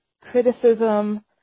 criticism